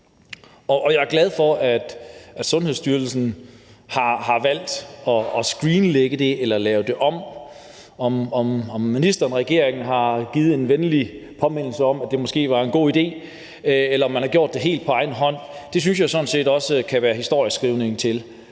Jeg er glad for, at Sundhedsstyrelsen har valgt at skrinlægge det eller lave det om. Om ministeren og regeringen har givet en venlig påmindelse om, at det måske var en god idé, eller om man har gjort det helt på egen hånd, synes jeg sådan set kan høre historieskrivningen til.